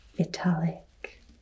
Italic